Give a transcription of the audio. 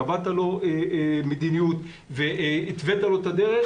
קבעת לו מדיניות והתווית לו את הדרך,